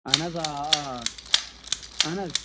اہن حظ آ آ آ اہن حظ